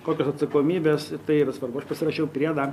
kokios atsakomybės tai yra svarbu aš pasirašiau priedą